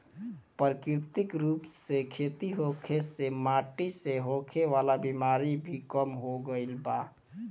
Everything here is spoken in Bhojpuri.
प्राकृतिक रूप से खेती होखे से माटी से होखे वाला बिमारी भी कम हो गईल बा